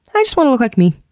i just wanna look like me.